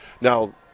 Now